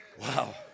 wow